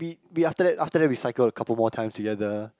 we we after that after that we cycled a couple more times together